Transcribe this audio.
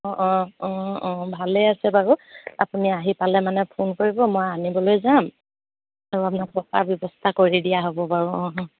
অঁ অঁ অঁ অঁ ভালেই আছে বাৰু আপুনি আহি পালে মানে ফোন কৰিব মই আনিবলৈ যাম আৰু আপোনাক থকাৰ ব্যৱস্থা কৰি দিয়া হ'ব বাৰু অঁ অঁ